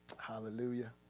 Hallelujah